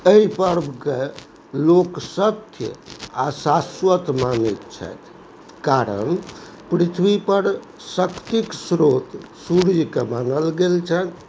एहि पर्वके लोक सत्य आओर शाश्वत मानैत छथि कारण पृथ्वीपर शक्तिके स्रोत सूर्यके मानल गेल छनि